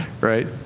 Right